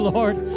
Lord